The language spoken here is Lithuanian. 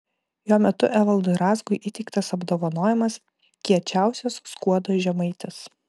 jo metu evaldui razgui įteiktas apdovanojimas kiečiausias skuodo žemaitis